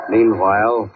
Meanwhile